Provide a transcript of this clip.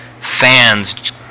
fans